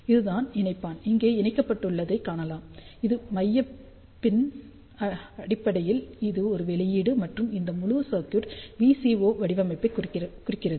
இது தான் இணைப்பான் இங்கே இணைக்கப்பட்டுள்ளதைக் காணலாம் அது மைய பின் அடிப்படையில் இது ஒரு வெளியீடு மற்றும் இந்த முழு சர்க்யூட் VCO வடிவமைப்பைக் குறிக்கிறது